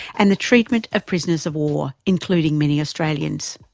and the treatment of prisoners of war, including many australians.